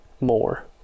more